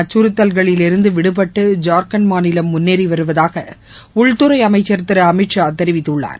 அச்சுறுத்தல்களிலிருந்துவிடுபட்டு நக்சலைட்டுகளின் ஜார்கன்ட் மாநிலம் முன்னேறிவருவதாகஉள்துறைஅமைச்சர் திருஅமித்ஷா தெரிவித்துள்ளார்